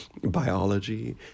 biology